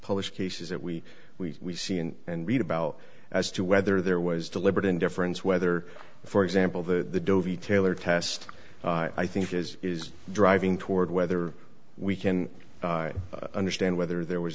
blished cases that we we see and read about as to whether there was deliberate indifference whether for example the taylor test i think is is driving toward whether we can understand whether there was